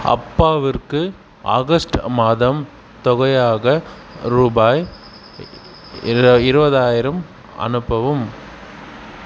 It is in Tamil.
அப்பாவிற்கு ஆகஸ்ட் மாதம் தொகையாக ரூபாய் இரு இருபதாயிரம் அனுப்பவும்